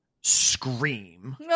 scream